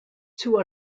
two